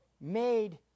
Made